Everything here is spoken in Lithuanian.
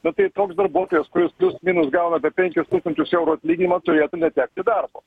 na tai toks darbuotojas kuris plius minus gauna apie penkis tūkstančius eurų atlyginimą turėtų netekti darbo